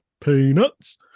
peanuts